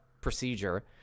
procedure